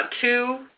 two